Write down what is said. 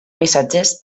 missatges